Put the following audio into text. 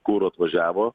kuru atvažiavo